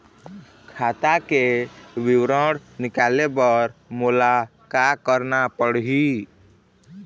खाता के विवरण निकाले बर मोला का करना पड़ही?